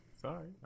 sorry